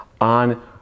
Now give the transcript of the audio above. on